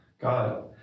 God